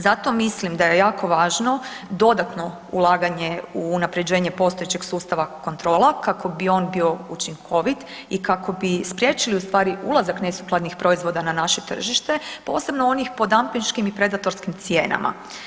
Zato mislim da je jako važno dodatno ulaganje u unapređenje postojećeg sustava kontrola kako bi on bio učinkovit i kako bi spriječili ustvari ulazak nesukladnih proizvoda na naše tržište, posebno onih po dampinškim i predatorskim cijenama.